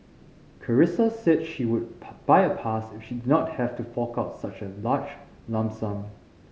Carissa said she would buy a pass if she did not have to fork out such a large lump sum